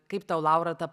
kaip tau laura ta